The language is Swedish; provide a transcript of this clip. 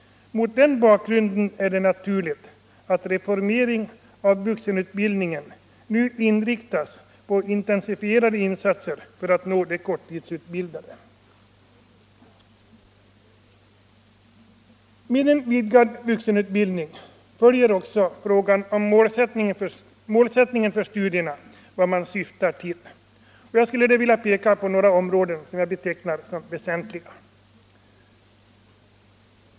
Mot den bakgrunden är det naturligt att en reformering av vuxenutbildningen nu inriktas på intensifierade insatser för att nå de korttidsutbildade. Med en vidgad vuxenutbildning följer också frågan om målsättningen för studierna, om vad man syftar till. Jag skulle vilja peka på några områden som jag betecknar som väsentliga. 1.